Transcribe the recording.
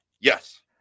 Yes